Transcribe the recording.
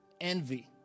envy